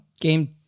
game